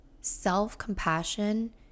self-compassion